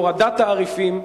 בהורדת תעריפים,